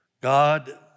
God